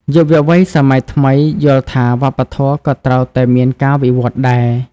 យុវវ័យសម័យថ្មីយល់ថាវប្បធម៌ក៏ត្រូវតែមានការវិវឌ្ឍដែរ។